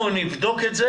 אנחנו נבדוק את זה